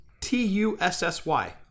T-U-S-S-Y